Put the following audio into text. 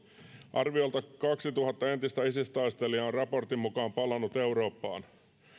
arviolta kaksituhatta entistä isis taistelijaa on raportin mukaan palannut eurooppaan